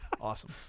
Awesome